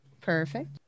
Perfect